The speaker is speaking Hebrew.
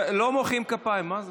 לא מוחאים כפיים, מה זה?